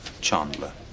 Chandler